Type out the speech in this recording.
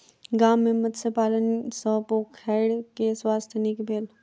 गाम में मत्स्य पालन सॅ पोखैर के स्वास्थ्य नीक भेल